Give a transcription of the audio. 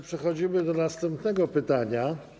Przechodzimy do następnego pytania.